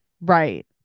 Right